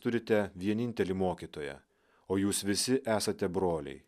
turite vienintelį mokytoją o jūs visi esate broliai